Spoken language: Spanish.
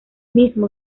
mismo